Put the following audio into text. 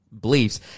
beliefs